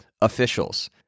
officials